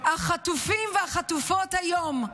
זעקות החטופים והחטופות היום,